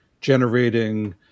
generating